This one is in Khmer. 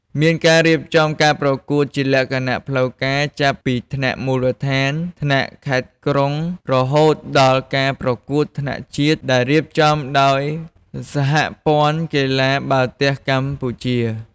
មានការរៀបចំការប្រកួតជាលក្ខណៈផ្លូវការ ចាប់ពីថ្នាក់មូលដ្ឋាន ថ្នាក់ខេត្ត-ក្រុង រហូតដល់ការប្រកួតថ្នាក់ជាតិដែលរៀបចំដោយសហព័ន្ធកីឡាបាល់ទះកម្ពុជា។